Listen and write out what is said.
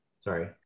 sorry